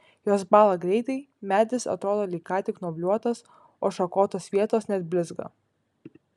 jos bąla greitai medis atrodo lyg ką tik nuobliuotas o šakotos vietos net blizga